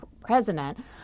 president